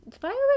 firework